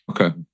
Okay